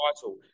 title